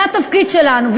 זה התפקיד שלנו,